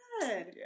Good